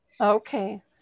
Okay